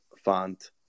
font